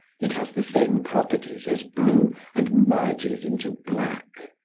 it has the same properties as blue and merges into black.